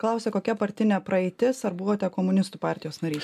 klausia kokia partinė praeitis ar buvote komunistų partijos narys